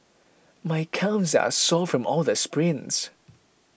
my calves are sore from all the sprints